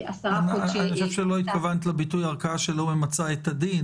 אני חושב שלא התכוונת לביטוי "ערכאה שלא ממצה את הדין",